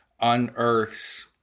unearths